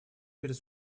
перед